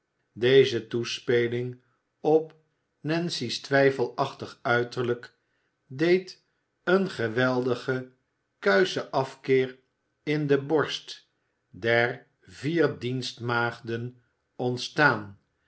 deze toespeling op nancy's twijfelachtig uiterlijk deed een geweldigen kuischen afkeer in de borst der vier dienstmaagden ontstaan